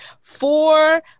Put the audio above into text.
four